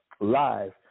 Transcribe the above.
live